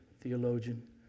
theologian